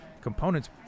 components